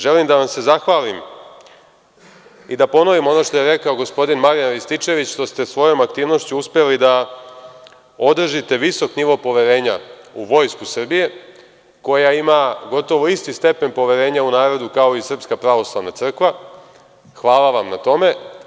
Želim da vam se zahvalim i da ponovim ono što je rekao gospodin Marijan Rističević, što ste svojom aktivnošću uspeli da održite visok nivo poverenja u Vojsku Srbije koja ima gotovo isti stepen poverenje u narodu kao i SPC, hvala vam na tome.